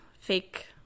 fake –